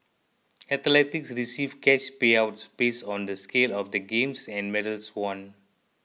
athletes receive cash payouts based on the scale of the games and medals won